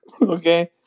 Okay